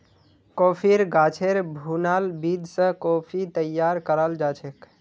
कॉफ़ीर गाछेर भुनाल बीज स कॉफ़ी तैयार कराल जाछेक